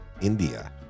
India